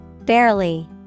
Barely